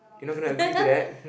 you not gonna agree to that